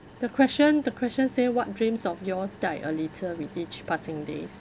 the question the question say what dreams of yours died a little with each passing days